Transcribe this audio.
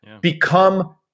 become